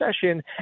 session